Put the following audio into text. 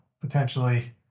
potentially